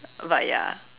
but ya